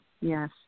Yes